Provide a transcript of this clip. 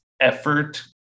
effort